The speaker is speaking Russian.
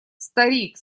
старик